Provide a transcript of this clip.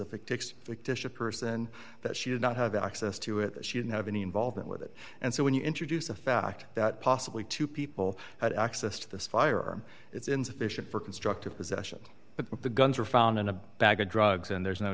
a fictitious disha person that she did not have access to it she didn't have any involvement with it and so when you introduce the fact that possibly two people had access to this fire it's insufficient for constructive possession but the guns were found in a bag of drugs and there's no